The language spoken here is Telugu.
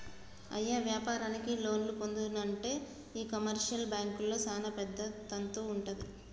అయ్య వ్యాపారానికి లోన్లు పొందానంటే ఈ కమర్షియల్ బాంకుల్లో సానా పెద్ద తంతు వుంటది